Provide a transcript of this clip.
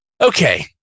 Okay